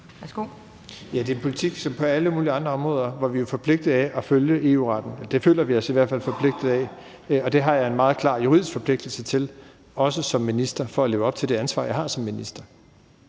det er en politik, hvor vi som på alle mulige andre områder er forpligtet til at følge EU-retten. Det føler vi os i hvert fald forpligtet til, og det har jeg en meget klar juridisk forpligtelse til, også som minister for at leve op til det ansvar, jeg har som minister.